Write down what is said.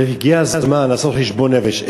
הגיע הזמן לעשות חשבון נפש.